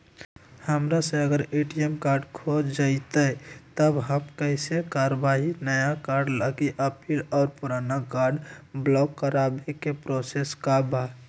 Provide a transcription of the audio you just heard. हमरा से अगर ए.टी.एम कार्ड खो जतई तब हम कईसे करवाई नया कार्ड लागी अपील और पुराना कार्ड ब्लॉक करावे के प्रोसेस का बा?